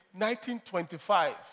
1925